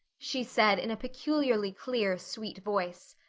she said in a peculiarly clear, sweet voice.